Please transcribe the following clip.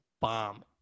Bomb